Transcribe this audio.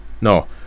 no